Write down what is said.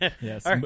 Yes